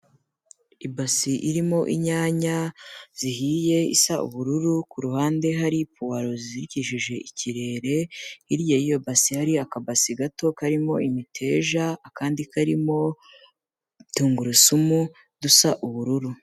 Ibasi irimo inyanya zihiye isa ubururu ku ruhande hari puwaro zizirikishije ikirere, hirya y'iyo hari akabasi gato karimo imiteja, akandi karimo tungurusumu dusa ubururu.